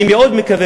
אני מאוד מקווה,